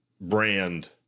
brand